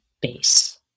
base